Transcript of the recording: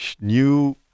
new